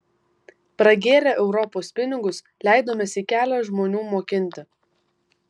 pragėrę europos pinigus leidomės į kelią žmonių mokinti